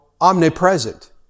omnipresent